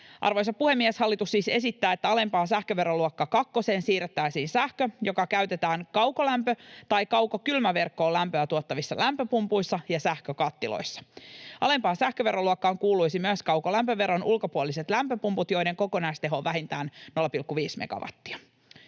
Arvoisa puhemies! Hallitus siis esittää, että alempaan sähköveroluokka kakkoseen siirrettäisiin sähkö, joka käytetään kaukolämpö- tai kaukokylmäverkkoon lämpöä tuottavissa lämpöpumpuissa ja sähkökattiloissa. Alempaan sähköveroluokkaan kuuluisivat myös kaukolämpöverkon ulkopuoliset lämpöpumput, joiden kokonaisteho on vähintään 0,5 megawattia.